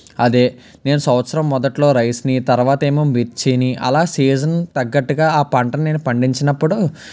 అదే నేను సంవత్సరం మొదట్లో రైస్ని తర్వాత ఏమో మిర్చిని అలా సీజన్ తగ్గట్టుగా ఆ పంటని నేను పండించినప్పుడు